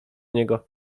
niego